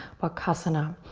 bakasana.